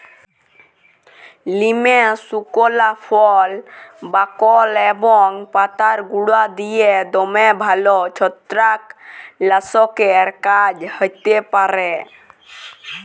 লিমের সুকলা ফল, বাকল এবং পাতার গুঁড়া দিঁয়ে দমে ভাল ছত্রাক লাসকের কাজ হ্যতে পারে